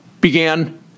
began